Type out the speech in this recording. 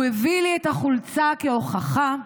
הוא הביא לי את החולצה כהוכחה.